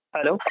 Hello